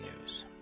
News